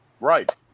Right